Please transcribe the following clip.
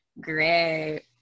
great